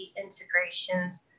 integrations